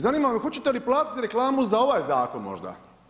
Zanima me hoćete li platiti reklamu za ovaj zakon možda?